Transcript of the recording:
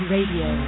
Radio